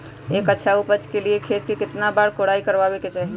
एक अच्छा उपज के लिए खेत के केतना बार कओराई करबआबे के चाहि?